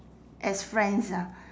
as friends ah